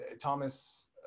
Thomas